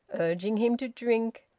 urging him to drink,